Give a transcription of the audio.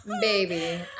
baby